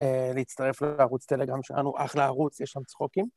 להצטרף לערוץ טלגרם שלנו, אחלה ערוץ, יש שם צחוקים.